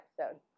episode